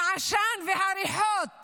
העשן והריחות